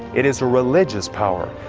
it is a religious power.